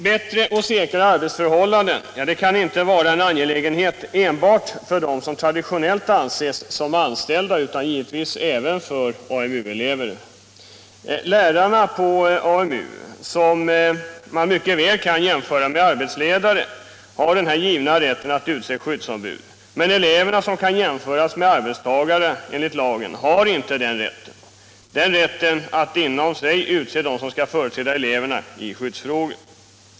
Bättre och säkrare arbetsförhållanden kan inte vara en angelägenhet enbart för dem som traditionellt anses som anställda utan givetvis även för AMU-elever. Lärarna på AMU, som man mycket väl kan jämföra med arbetsledare, har den givna rätten att utse skyddsombud, men eleverna, som enligt lagen kan jämföras med arbetstagare, har inte rätt att inom sig utse dem som skall företräda eleverna i skyddsfrågor.